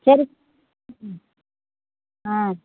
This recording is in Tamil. சரி ம் ஆ